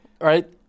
right